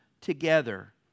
together